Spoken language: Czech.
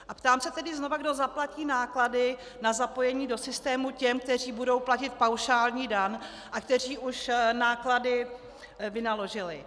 A ptám se znovu, kdo zaplatí náklady na zapojení do systému těm, kteří budou platit paušální daň a kteří už náklady vynaložili?